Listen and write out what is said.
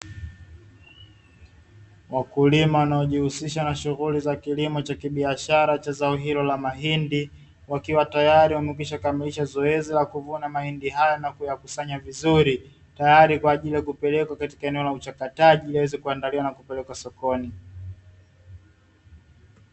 Wakulima anayejihusisha na kilimo cha kibiashara cha zao hilo la mahindi, wakiwa tayari wameshakamilisha zoezi hilo la kuvuna mahindi hayo na kuyakusanya vizuri tayari kwa kuyapelek la katika a eneo la uchakataji yaweze kuandaliwa na kupelekwa sokoni.